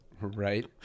Right